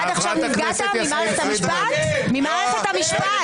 עד עכשיו נפגעת ממערכת המשפט?